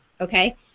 Okay